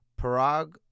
Parag